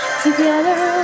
together